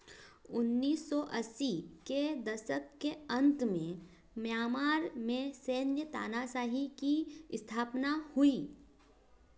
उन्नीस सौ अस्सी के दशक के अंत में म्यामार में सैन्य तानाशाही की स्थापना हुई